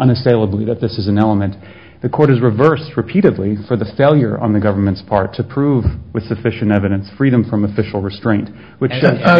unassailably that this is an element the court has reversed repeatedly for the failure on the government's part to prove with sufficient evidence freedom from official restraint which